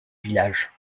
villages